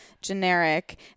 generic